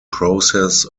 process